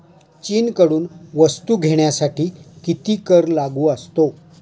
चीनकडून वस्तू घेण्यासाठी किती कर लागू असतो?